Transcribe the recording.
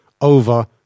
over